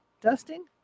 Dusting